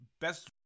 best